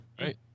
right